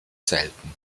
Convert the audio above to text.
selten